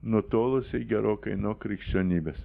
nutolusiai gerokai nuo krikščionybės